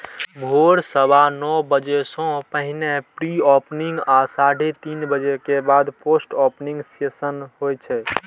भोर सवा नौ बजे सं पहिने प्री ओपनिंग आ साढ़े तीन बजे के बाद पोस्ट ओपनिंग सेशन होइ छै